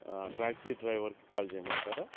ఆ టాక్సీ డ్రైవర్కి కాల్ చేయమంటారా